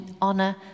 honor